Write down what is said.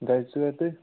دۄیہِ ژورٕ دُہۍ